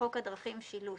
בחוק הדרכים (שילוט),